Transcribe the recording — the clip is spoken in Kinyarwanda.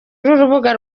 urubuga